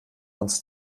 uns